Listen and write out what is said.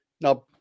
Now